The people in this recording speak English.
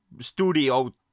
studio